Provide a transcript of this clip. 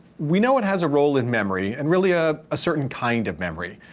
we know it has a role in memory and really ah a certain kind of memory.